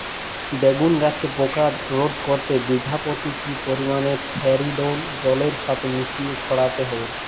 বেগুন গাছে পোকা রোধ করতে বিঘা পতি কি পরিমাণে ফেরিডোল জলের সাথে মিশিয়ে ছড়াতে হবে?